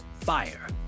Fire